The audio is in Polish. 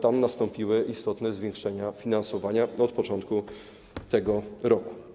Tam nastąpiło istotne zwiększenie finansowania od początku tego roku.